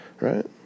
right